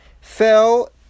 fell